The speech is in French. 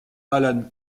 alan